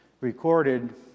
recorded